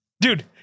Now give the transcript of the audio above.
Dude